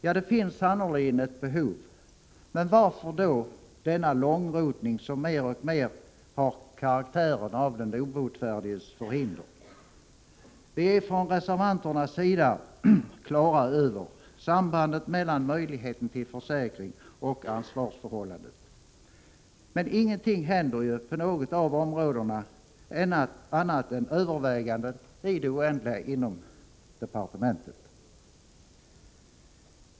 Ja, det finns sannerligen ett behov, men varför då denna långrotning som mer och mer har karaktären av den obotfärdiges förhinder. Vi är från reservanternas sida på det klara med sambandet mellan möjligheten till försäkring och ansvarsförhållandet. Men ingenting händer ju på något av områdena annat än överväganden i det oändliga i departementet.